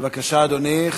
בבקשה, אדוני.